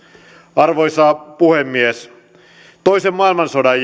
arvoisa puhemies toisen maailmansodan